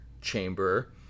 chamber